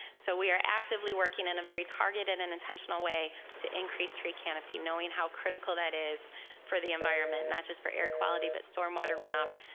so we are actively working in a very targeted and intentional way to increase tree canopy, knowing how critical that is for the environment, not just for air quality, but stormwater runoff.